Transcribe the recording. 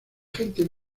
gente